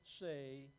say